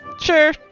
sure